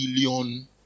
billion